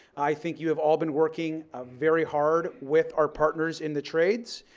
i think you have all been working ah very hard with our partners in the trades,